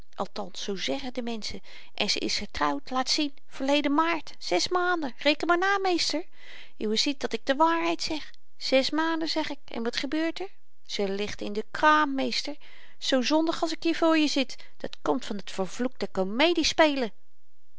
gespeeld althans zoo zeggen de menschen en ze is getrouwd laat zien verleden maart zes maanden reken maar na meester uwe ziet dat ik de waarheid zeg zes maanden zeg ik en wat gebeurt er ze ligt in de kraam meester zoo zondig als ik hier voor je zit dat komt van dat vervloekte